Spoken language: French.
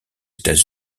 états